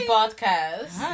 Podcast